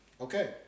Okay